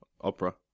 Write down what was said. opera